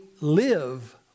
live